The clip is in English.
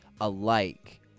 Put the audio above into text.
alike